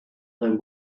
they